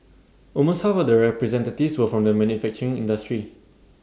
almost half of the representatives were from the manufacturing industry